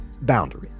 Boundary